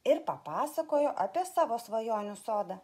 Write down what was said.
ir papasakojo apie savo svajonių sodą